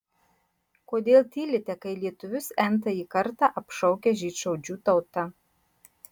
kodėl tylite kai lietuvius n tąjį kartą apšaukia žydšaudžių tauta